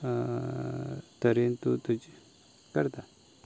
तरेन तूं तुजें करता